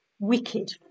Wicked